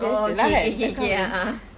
oh okay okay okay okay a'ah